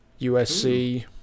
USC